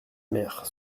mère